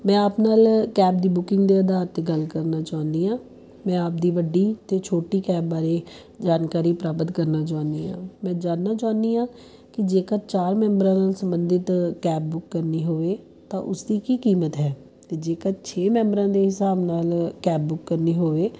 ਮੈਂ ਆਪ ਨਾਲ ਕੈਬ ਦੀ ਬੁਕਿੰਗ ਦੇ ਅਧਾਰ 'ਤੇ ਗੱਲ ਕਰਨਾ ਚਾਹੁੰਦੀ ਹਾਂ ਮੈਂ ਆਪਦੀ ਵੱਡੀ ਅਤੇ ਛੋਟੀ ਕੈਬ ਬਾਰੇ ਜਾਣਕਾਰੀ ਪ੍ਰਾਪਤ ਕਰਨਾ ਚਾਹੁੰਦੀ ਹਾਂ ਮੈਂ ਜਾਣਦਾ ਚਾਹੁੰਦੀ ਹਾਂ ਕਿ ਜੇਕਰ ਚਾਰ ਮੈਂਬਰਾਂ ਨਾਲ ਸੰਬੰਧਿਤ ਕੈਬ ਬੁੱਕ ਕਰਨੀ ਹੋਵੇ ਤਾਂ ਉਸਦੀ ਕੀ ਕੀਮਤ ਹੈ ਅਤੇ ਜੇਕਰ ਛੇ ਮੈਂਬਰਾਂ ਦੇ ਹਿਸਾਬ ਨਾਲ ਕੈਬ ਬੁੱਕ ਕਰਨੀ ਹੋਵੇ